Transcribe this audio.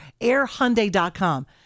airhyundai.com